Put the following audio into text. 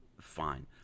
fine